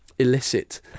illicit